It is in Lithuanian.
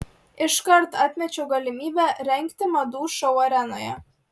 iškart atmečiau galimybę rengti madų šou arenoje